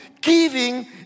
Giving